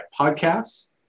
Podcasts